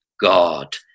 God